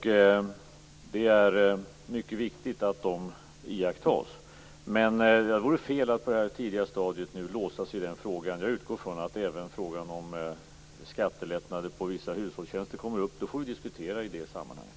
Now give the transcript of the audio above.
Det är mycket viktigt att detta iakttas. Det vore fel att på det här tidiga stadiet låsa sig i den frågan. Jag utgår ifrån att även frågan om skattelättnader på vissa hushållstjänster kommer upp. Den får vi diskutera i det sammanhanget.